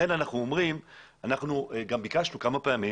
ביקשנו כמה פעמים